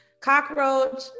cockroach